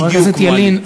חבר הכנסת ילין,